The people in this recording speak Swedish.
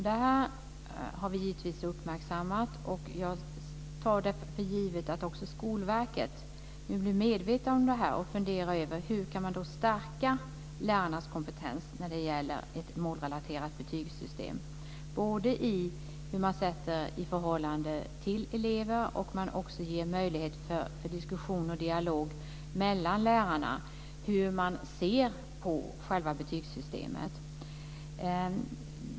Det har vi givetvis uppmärksammat, och jag tar för givet att också Skolverket nu är medvetet om det här och funderar över hur man kan stärka lärarnas kompetens när det gäller ett målrelaterat betygssystem. Det gäller i förhållande till elever, och det handlar också om att ge möjlighet till diskussion och dialog mellan lärarna om hur de ser på själva betygssystemet.